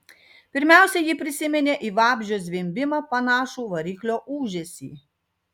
pirmiausia ji prisiminė į vabzdžio zvimbimą panašų variklio ūžesį